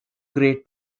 great